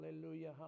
hallelujah